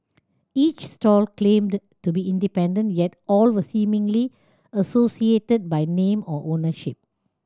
each stall claimed to be independent yet all were seemingly associated by name or ownership